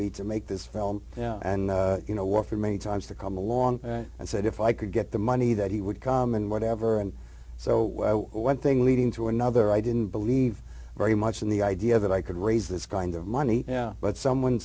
me to make this film and you know what for many times to come along and said if i could get the money that he would come and whatever and so one thing leading to another i didn't believe very much in the idea that i could raise this kind of money but someone